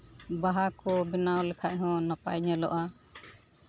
ᱵᱟᱦᱟ ᱠᱚ ᱵᱮᱱᱟᱣ ᱞᱮᱠᱷᱟᱱ ᱦᱚᱸ ᱱᱟᱯᱟᱭ ᱧᱮᱞᱚᱜᱼᱟ